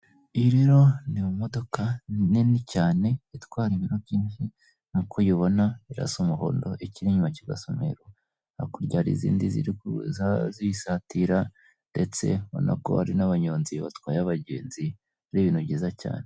Iyi rero n'imodoka nini cyane, itwara ibiro byinshi nk'uko uyibona iras' umuhondo ikir' inyuma kigasa umweru , hakurya har' izindi ziri kuza ziyisatira ndetse ubonako hari n' abanyonzi batwaye abagenzi , ar' ibintu byiza cyane.